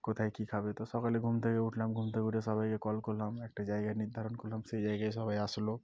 কোথায় কী খাবে তো সকালে ঘুম থেকে উঠলাম ঘুম থেকে উঠে সবাইকে কল করলাম একটা জায়গা নির্ধারণ করলাম সেই জায়গায় সবাই আসলো